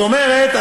זאת אומרת,